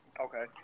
Okay